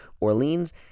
Orleans